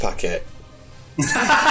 packet